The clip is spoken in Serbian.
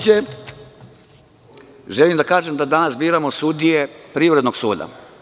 Želim da kažem da danas biramo sudije Privrednog suda.